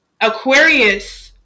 Aquarius